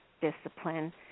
discipline